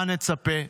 מה נצפה?